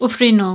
उफ्रिनु